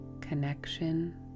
connection